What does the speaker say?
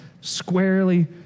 squarely